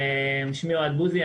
שמי אוהד בוזי,